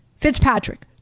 Fitzpatrick